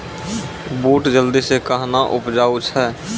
बूट जल्दी से कहना उपजाऊ छ?